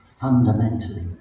Fundamentally